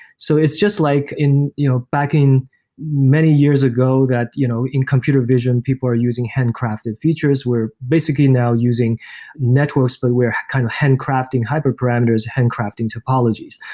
so it's just like you know back in many years ago that you know in computer vision people are using handcrafted features, where basically now using networks, but we're kind of handcrafting hyperparameters, handcrafting topologies.